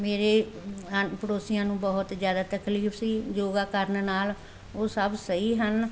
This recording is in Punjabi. ਮੇਰੇ ਆ ਪੜੋਸੀਆਂ ਨੂੰ ਬਹੁਤ ਜ਼ਿਆਦਾ ਤਕਲੀਫ ਸੀ ਯੋਗਾ ਕਰਨ ਨਾਲ ਉਹ ਸਭ ਸਹੀ ਹਨ